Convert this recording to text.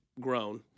grown